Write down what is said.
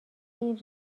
این